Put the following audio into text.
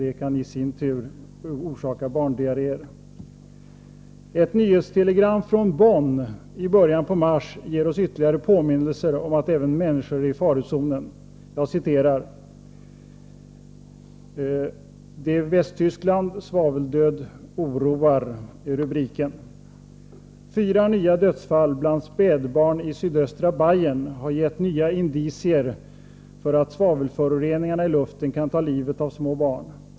Det kan i sin tur förorsaka diarréer hos barn. Ett nyhetstelegram från Bonn i början på mars ger oss ytterligare påminnelser om att även människor är i farozonen. ”Västtyskland: Svaveldöd oroar” är rubriken. ”Fyra nya dödsfall bland spädbarn i sydöstra Bayern har gett nya indicier för att svavelföroreningar i luften kan ta livet av små barn.